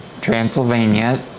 Transylvania